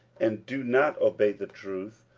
and do not obey the truth,